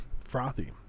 frothy